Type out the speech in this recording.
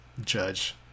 judge